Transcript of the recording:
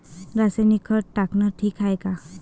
रासायनिक खत टाकनं ठीक हाये का?